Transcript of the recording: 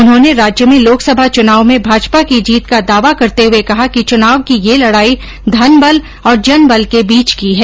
उन्होंने राज्य में लोकसभा चुनाव में भाजपा की जीत का दावा करते हुए कहा कि चुनाव की ये लड़ाई धन बल और जन बल के बीचे की है